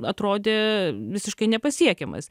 atrodė visiškai nepasiekiamas